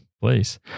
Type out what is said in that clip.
place